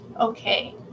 okay